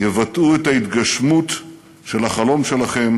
יבטאו את ההתגשמות של החלום שלכם